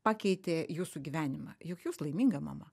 pakeitė jūsų gyvenimą juk jūs laiminga mama